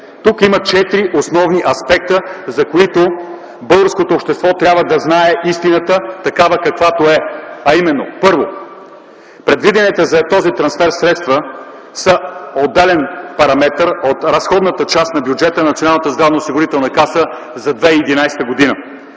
Тук има четири основни аспекта, за които българското общество трябва да знае истината такава каквато е, а именно: Първо, предвидените за този трансфер средства са отделен параметър от разходната част на бюджета на Националната здравноосигурителна каса за 2011 г.